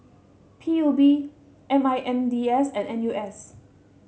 P U B M I N D S and N U S